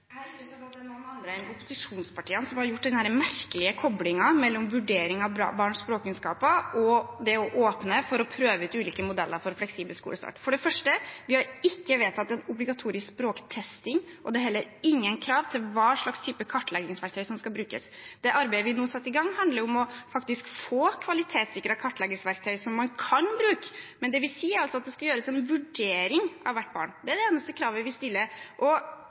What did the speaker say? Jeg har ikke sett at det er noen andre enn opposisjonspartiene som har gjort denne merkelige koblingen mellom vurdering av barns språkkunnskaper og det å åpne for å prøve ut ulike modeller for fleksibel skolestart. Vi har ikke vedtatt en obligatorisk språktesting, og det er heller ingen krav til hva slags type kartleggingsverktøy som skal brukes. Det arbeidet vi nå setter i gang, handler om å få kvalitetssikret kartleggingsverktøyet som man kan bruke. Men det vi sier, er at det skal gjøres en vurdering av hvert barn. Det er det eneste kravet vi stiller. Kompetente fagfolk greier å gjøre denne vurderingen på en veldig god måte, og